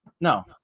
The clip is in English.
no